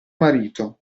marito